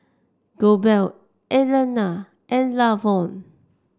Goebel Alannah and Lavon